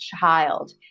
child